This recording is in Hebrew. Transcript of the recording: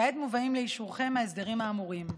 כעת מובאים לאישורכם ההסדרים האמורים.